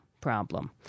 problem